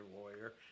lawyer